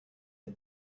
the